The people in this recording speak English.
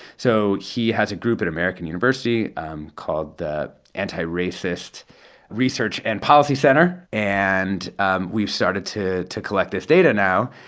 so he has a group at american university um called the anti-racist research and policy center. and and we've started to to collect this data now.